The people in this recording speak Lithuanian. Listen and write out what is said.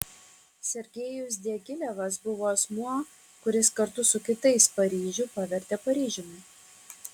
sergejus diagilevas buvo asmuo kuris kartu su kitais paryžių pavertė paryžiumi